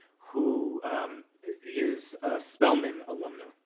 who is a spelman alumni.